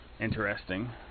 interesting